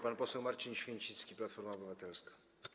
Pan poseł Marcin Święcicki, Platforma Obywatelska.